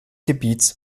gebiets